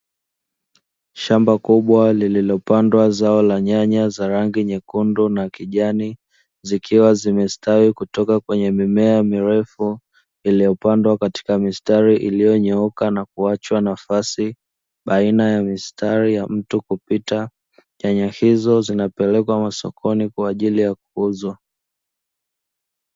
Shamba kubwa lililopandwa zao la nyanya za rangi nyekundu na kijani, zikiwa zimestawi kutoka kwenye mimea mirefu iliyopandwa katika mistari iliyonyooka na kuachwa nafasi, baina ya mistari ya mtu kupita yenye hizo zinapelekwa masokoni kwa ajili ya kuuzwa.